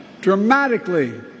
dramatically